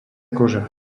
koža